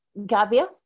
gavia